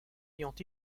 ayant